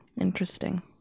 Interesting